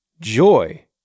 joy